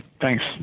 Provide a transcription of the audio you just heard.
Thanks